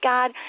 God